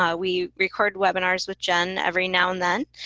um we record webinars with jen every now and then.